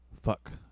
Fuck